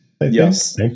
Yes